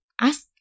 ask